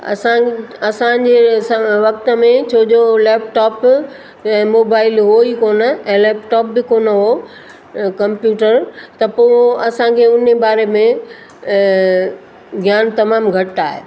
असां असां जे स वक़्त में छो जो लैपटॉप ऐं मोबाइल हो ई कोन ऐं लैपटॉप बि कोन हो कंप्यूटर त पोइ असां खे उन बारे ज्ञान तमामु घटि आहे